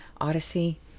Odyssey